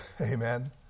Amen